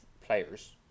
players